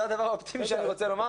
זה הדבר האופטימי שאני רוצה לומר.